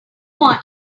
who